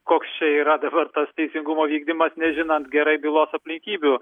koks čia yra dabar tas teisingumo vykdymas nežinant gerai bylos aplinkybių